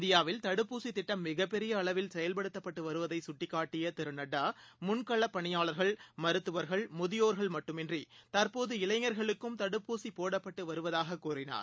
இந்தியாவில் தடுப்பூசிதிட்டம் மிகப்பெரியஅளவில் செயல்படுத்தப்பட்டுவருவதைகட்டிக்காட்டியதிருநட்டா முன்களப்பணியாளர்கள் மருத்துவர்கள் முதியோர்கள் மட்டுமின்றி தற்போது இளைஞர்களுக்கும் தடுப்பூசிபோடப்பட்டுவருவதாககூறினார்